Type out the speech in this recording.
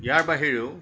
ইয়াৰ বাহিৰেও